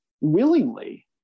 willingly